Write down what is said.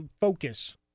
focus